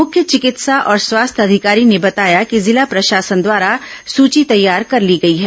मुख्य चिकित्सा और स्वास्थ्य अधिकारी ने बताया कि जिला प्रशासन द्वारा सूची तैयार कर ली गई है